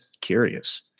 curious